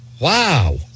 Wow